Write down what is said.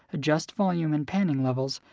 adjust volume and panning levels,